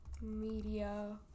Media